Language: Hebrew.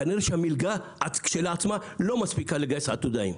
כנראה שהמלגה כשלעצמה לא מספיקה לגייס עתודאים.